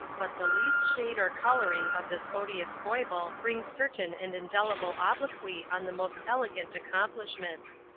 but the least shade or coloring of this odious foible brings certain and indelible obloquy on the most elegant accomplishments.